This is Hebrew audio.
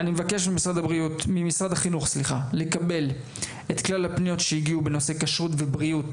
אני מבקש ממשרד החינוך לקבל את כלל הפניות שהגיעו בנושא כשרות ובריאות